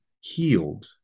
healed